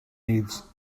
needs